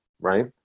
Right